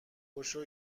پاشو